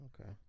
Okay